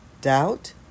Doubt